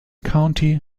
county